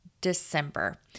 December